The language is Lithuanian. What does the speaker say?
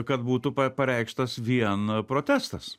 kad būtų pa pareikštas vien protestas